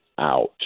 out